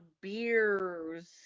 beers